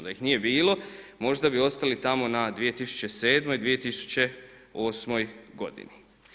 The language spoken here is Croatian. Da ih nije bilo možda bi ostali tamo na 2007. 2008. godini.